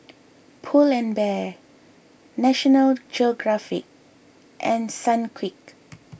Pull and Bear National Geographic and Sunquick